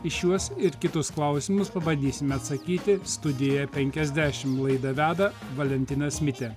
į šiuos ir kitus klausimus pabandysime atsakyti studija penkiasdešimt laidą veda valentinas mitė